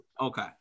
okay